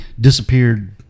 disappeared